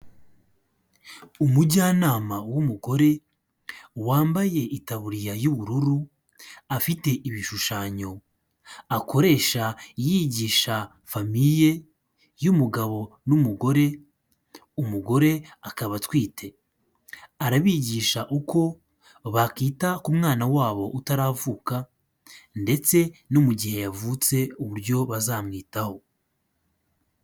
Umujyanama w'umugore wambaye itaburiya y'ubururu afite ibishushanyo akoresha yigisha famiye y'umugabo n'umugore, umugore akaba atwite arabigisha uko bakita ku mwana wabo utaravuka ndetse no mu gihe yavutse uburyo bazamwitaho.